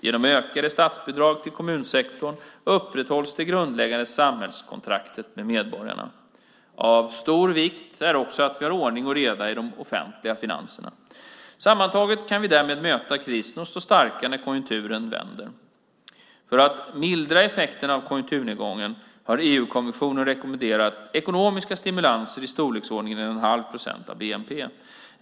Genom ökade statsbidrag till kommunsektorn upprätthålls det grundläggande samhällskontraktet med medborgarna. Av stor vikt är också att vi har ordning och reda i de offentliga finanserna. Sammantaget kan vi därmed möta krisen och stå starka när konjunkturen vänder. För att mildra effekterna av konjunkturnedgången har EU-kommissionen rekommenderat ekonomiska stimulanser i storleksordningen 1,5 procent av bnp.